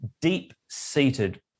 deep-seated